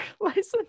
license